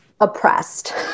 oppressed